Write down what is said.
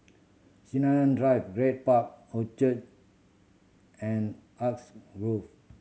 Sinaran Drive Grad Park Orchard and Grove